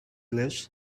lives